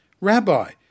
Rabbi